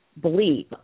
believe